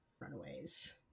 runaways